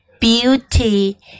beauty